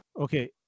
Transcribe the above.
Okay